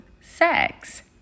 sex